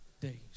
days